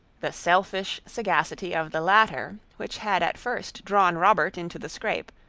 the selfish sagacity of the latter, which had at first drawn robert into the scrape,